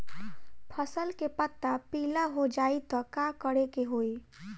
फसल के पत्ता पीला हो जाई त का करेके होई?